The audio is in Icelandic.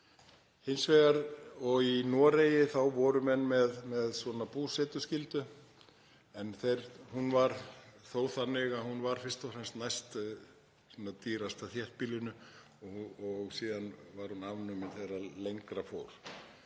gera þar. Í Noregi voru menn með svona búsetuskyldu en hún var þó þannig að hún var fyrst og fremst næst dýrasta þéttbýlinu og síðan var hún afnumin þegar lengra fór.